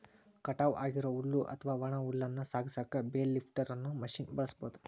ಕಟಾವ್ ಆಗಿರೋ ಹುಲ್ಲು ಅತ್ವಾ ಒಣ ಹುಲ್ಲನ್ನ ಸಾಗಸಾಕ ಬೇಲ್ ಲಿಫ್ಟರ್ ಅನ್ನೋ ಮಷೇನ್ ಬಳಸ್ಬಹುದು